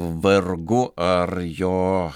vargu ar jo